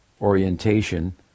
orientation